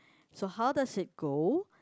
so how does it go